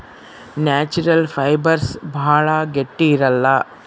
natural fibres ಭಾಳ ಗಟ್ಟಿ ಇರಲ್ಲ